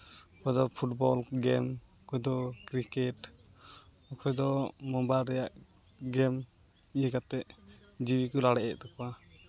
ᱚᱠᱚᱭ ᱫᱚ football game ᱚᱠᱚᱭ ᱫᱚ ᱠᱨᱤᱠᱮᱹᱴ ᱚᱠᱚᱭ ᱫᱚ ᱢᱳᱵᱟᱭᱤᱞ ᱨᱮᱭᱟᱜ ᱜᱮᱹᱢ ᱤᱭᱟᱹ ᱠᱟᱛᱮᱫ ᱡᱤᱣᱤ ᱠᱚ ᱨᱟᱲᱮᱡᱮᱫ ᱛᱟᱠᱚᱣᱟ